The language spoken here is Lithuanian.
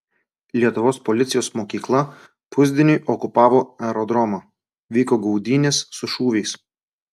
lietuvos policijos mokykla pusdieniui okupavo aerodromą vyko gaudynės su šūviais